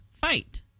fight